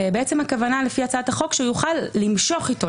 הוא יוכל למשוך איתו,